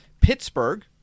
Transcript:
Pittsburgh